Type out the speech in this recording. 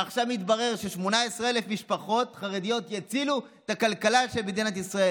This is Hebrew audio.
ועכשיו מתברר ש-18,000 משפחות חרדיות יצילו את הכלכלה של מדינת ישראל.